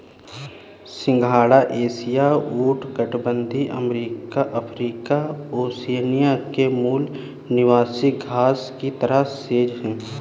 सिंघाड़ा एशिया, उष्णकटिबंधीय Africa, Oceania के मूल निवासी घास की तरह सेज है